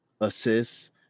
assists